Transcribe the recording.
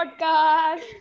Podcast